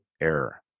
error